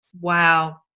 Wow